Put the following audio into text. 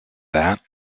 that